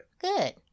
Good